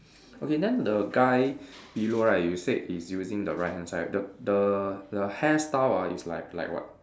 okay then the guy below right you said he's using the right hand side the the the hairstyle ah is like like what